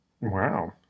Wow